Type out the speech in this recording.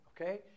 okay